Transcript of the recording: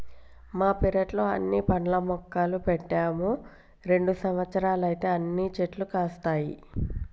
మా పెరట్లో అన్ని పండ్ల మొక్కలు పెట్టాము రెండు సంవత్సరాలైతే అన్ని చెట్లు కాస్తాయి